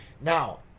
Now